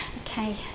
Okay